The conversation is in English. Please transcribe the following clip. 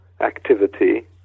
activity